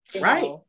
Right